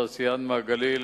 תעשיין מהגליל,